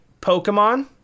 Pokemon